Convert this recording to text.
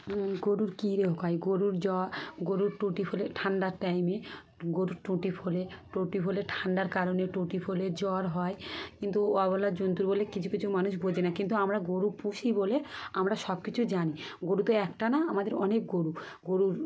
গরুর কী রোগ হয় গরুর জ্বর গরুর টুটি ফলে ঠান্ডার টাইমে গরুর টুটি ফোলে টুটি ফুলে ঠান্ডার কারণে টুটি ফলে জ্বর হয় কিন্তু অবলা বলা জন্তুর বলে কিছু কিছু মানুষ বোঝে না কিন্তু আমরা গরু পুষি বলে আমরা সব কিছু জানি গরু তো একটা না আমাদের অনেক গরু গরুর